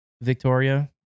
Victoria